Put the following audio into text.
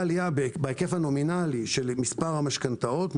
עלייה בהיקף הנומינלי של מספר המשכנתאות,